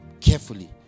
carefully